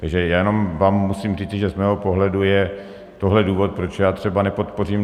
Takže já jenom vám musím říci, že z mého pohledu je tohle důvod, proč já to třeba nepodpořím.